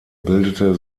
bildete